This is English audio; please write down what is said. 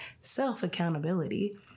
self-accountability